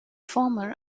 former